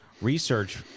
research